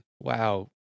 Wow